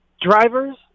Drivers